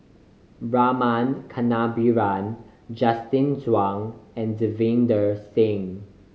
Rama Kannabiran Justin Zhuang and Davinder Singh